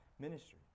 ministry